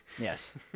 yes